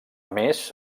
més